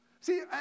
See